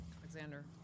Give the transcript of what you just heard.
Alexander